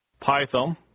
Python